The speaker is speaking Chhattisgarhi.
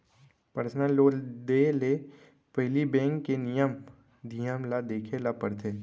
परसनल लोन देय ले पहिली बेंक के नियम धियम ल देखे ल परथे